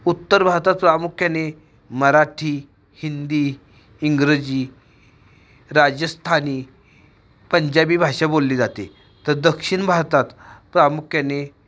उत्तर भारतात प्रामुख्याने मराठी हिंदी इंग्रजी राजस्थानी पंजाबी भाषा बोलली जाते तर दक्षिण भारतात प्रामुख्याने